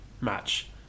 match